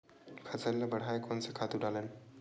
फसल ल बढ़ाय कोन से खातु डालन?